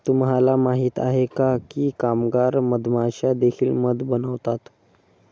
तुम्हाला माहित आहे का की कामगार मधमाश्या देखील मध बनवतात?